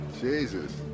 Jesus